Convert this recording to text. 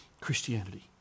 Christianity